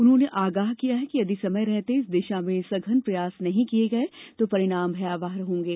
उन्होंने आगाह किया कि यदि समय रहते इस दिशा में सघन प्रयास नहीं किये गये तो परिणाम भयावह होंगे